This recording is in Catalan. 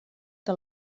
que